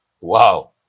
Wow